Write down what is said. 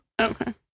Okay